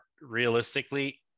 realistically